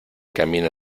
camino